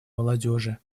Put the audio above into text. молодежи